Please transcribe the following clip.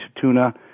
tuna